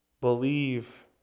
believe